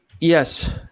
yes